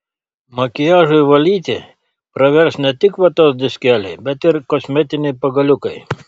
makiažui valyti pravers ne tik vatos diskeliai bet ir kosmetiniai pagaliukai